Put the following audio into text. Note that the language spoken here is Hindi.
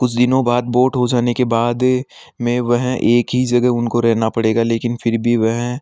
कुछ दिनों बाद वोट हो जाने के बाद में वह एक ही जगह उनको रहना पड़ेगा लेकिन फिर भी वह